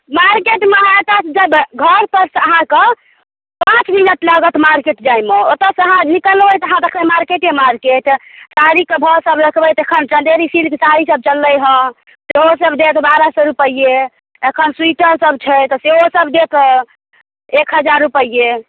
मार्केटमे अहाँ एतयसँ जेबै घरपरसँ अहाँकेँ पाँच मिनट लागत मार्केट जायमे ओतयसँ अहाँ निकलबै तऽ अहाँ देखबै मार्केटे मार्केट साड़ीके भावसभ देखबै तऽ एखन चंदेरी सिल्क साड़ीसभ चललैए सेहोसभ देत बारह सए रुपैए एखन स्वेटरसभ छै तऽ सेहोसभ देत एक हजार रुपैए